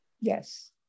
Yes